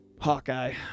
hawkeye